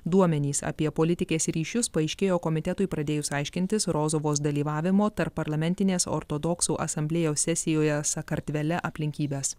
duomenys apie politikės ryšius paaiškėjo komitetui pradėjus aiškintis rozovos dalyvavimo tarpparlamentinės ortodoksų asamblėjos sesijoje sakartvele aplinkybes